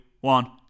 one